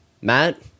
Matt